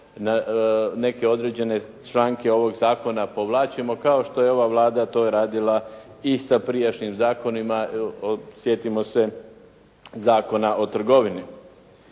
neke određene članke ovoga zakona povlačimo kao što je ova Vlada to radila i sa prijašnjim zakonima. Sjetimo se Zakona o trgovini.